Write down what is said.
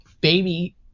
baby